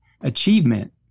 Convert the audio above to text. achievement